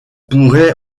pourrait